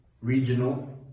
regional